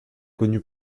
connu